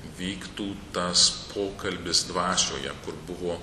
vyktų tas pokalbis dvasioje kur buvo